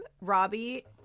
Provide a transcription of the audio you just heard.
Robbie